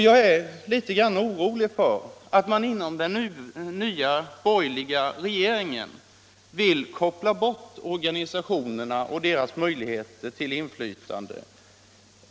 Jag är litet grand orolig för att den nya borgerliga regeringen vill koppla bort organisationerna och deras möjligheter till inflytande.